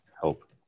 help